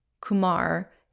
Kumar